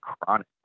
chronic